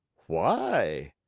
why?